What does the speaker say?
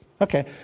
Okay